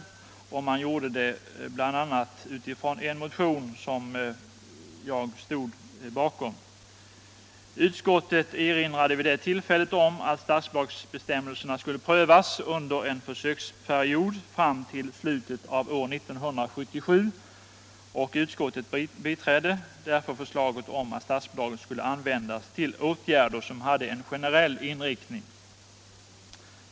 Utskottet erinrade om att statsbidragsbestämmelserna skulle prövas under en försöksperiod fram till slutet av år 1977, och utskottet biträdde förslaget att statsbidraget skulle användas till åtgärder som hade en generell inriktning.